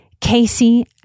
Casey